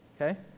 Okay